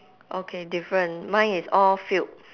okay different mine is all filled